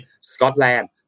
Scotland